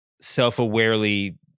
self-awarely